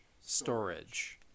storage